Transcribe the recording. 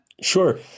Sure